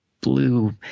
blue